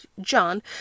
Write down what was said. John